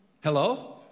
Hello